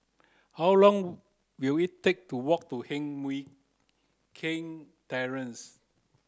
how long will it take to walk to Heng Mui Keng Terrace